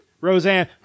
Roseanne